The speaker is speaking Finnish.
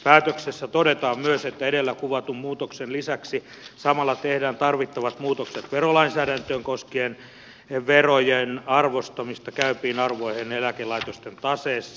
päätöksessä todetaan myös että edellä kuvatun muutoksen lisäksi samalla tehdään tarvittavat muutokset verolainsäädäntöön koskien verojen arvostamista käypiin arvoihin eläkelaitosten taseessa